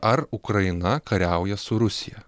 ar ukraina kariauja su rusija